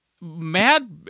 mad